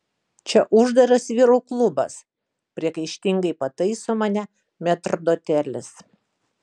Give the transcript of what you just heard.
čia uždaras vyrų klubas priekaištingai pataiso mane metrdotelis